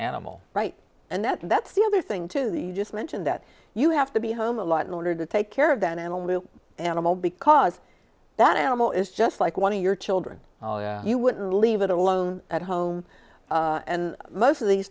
animal right and that's the other thing too that you just mentioned that you have to be home a lot in order to take care of that animal animal because that animal is just like one of your children you wouldn't leave it alone at home and most of these